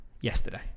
Yesterday